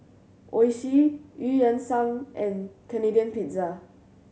Oishi Eu Yan Sang and Canadian Pizza